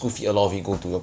can tell